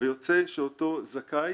ויוצא שאותו זכאי